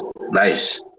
nice